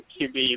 QB